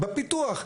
בפיתוח,